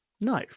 no